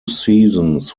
seasons